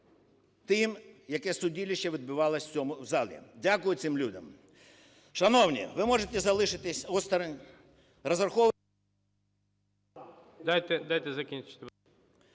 тим, яке судилище відбувалося в цьому залі. Дякую цим людям. Шановні, ви можете залишитись осторонь…